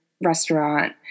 restaurant